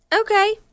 Okay